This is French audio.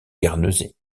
guernesey